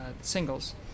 singles